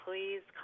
Please